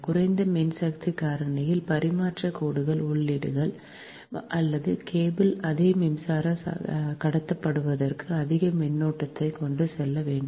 குறைந்த மின்சக்தி காரணியில் பரிமாற்றக் கோடுகள் ஊட்டிகள் அல்லது கேபிள் அதே மின்சாரம் கடத்தப்படுவதற்கு அதிக மின்னோட்டத்தைக் கொண்டு செல்ல வேண்டும்